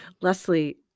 Leslie